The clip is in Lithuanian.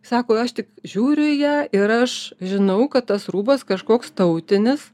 sako aš tik žiūriu į ją ir aš žinau kad tas rūbas kažkoks tautinis